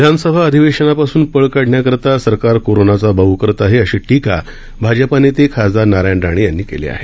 विधानसभा अधिवेशनापासून पळ काढण्यासाठी सरकार कोरोनाचा बाऊ करत आहे अशी टीका भाजप नेते खासदार नारायण राणे यांनी केली आहे